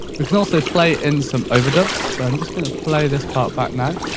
but can also play in some overdubs. so, i'm just going to play this part back now.